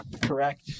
Correct